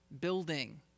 building